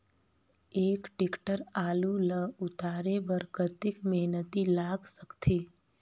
एक टेक्टर आलू ल उतारे बर कतेक मेहनती लाग सकथे?